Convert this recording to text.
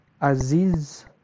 Aziz